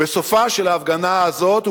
בסופה של ההפגנה הזאת,